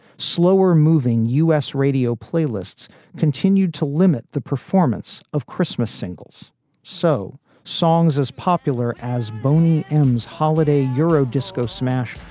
slower moving u s. radio playlists continued to limit the performance of christmas singles so songs as popular as boney m's holiday, euro disco smash,